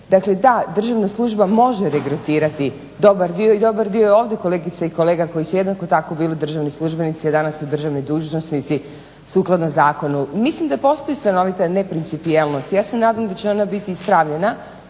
Dakle ta državna služba može regredirati dobar dio i dobar dio je ovdje kolegica i kolege koji su bili jednako tako državni službenici danas su državni dužnosnici sukladno zakonu. Mislim da postoji stanovita neprincipijelnost. Ja se nadam da će ona biti ispravljena